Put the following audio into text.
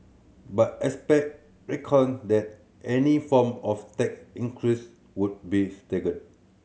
but expert reckoned that any form of tax increases would be staggered